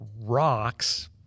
rocks